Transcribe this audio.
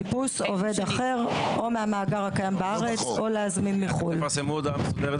חיפוש עובד אחר או מהמאגר הקיים בארץ או להזמין מחוץ לארץ.